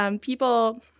people